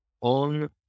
on